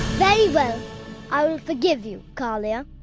very well. i will forgive you, kalia,